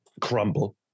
crumble